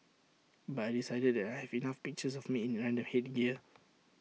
but I decided that I have enough pictures of me in random headgear